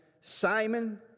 Simon